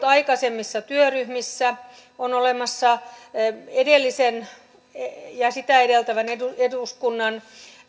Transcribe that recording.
aikaisemmissa työryhmissä on olemassa edellisen ja sitä edeltävän eduskunnan